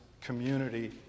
community